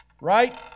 Right